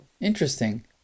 Interesting